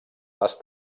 les